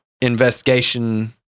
investigation